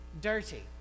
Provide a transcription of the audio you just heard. dirty